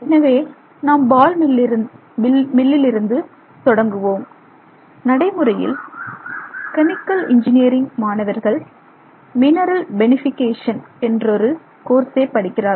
எனவே நாம் பால் மில்லில் இருந்து தொடங்குவோம் நடைமுறையில் கெமிக்கல் இன்ஜினியரிங் மாணவர்கள் மினெரல் பெனிபிகேஷன் என்றொரு கோர்ஸை படிக்கிறார்கள்